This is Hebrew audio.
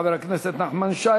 חבר הכנסת נחמן שי,